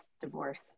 divorce